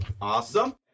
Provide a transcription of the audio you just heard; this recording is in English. Awesome